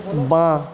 বাঁ